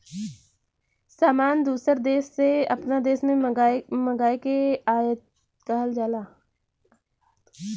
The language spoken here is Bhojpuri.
सामान दूसर देस से आपन देश मे मंगाए के आयात कहल जाला